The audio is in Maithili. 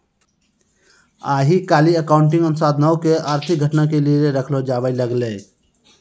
आइ काल्हि अकाउंटिंग अनुसन्धानो के आर्थिक घटना के लेली रखलो जाबै लागलै